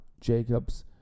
Jacobs